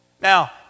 Now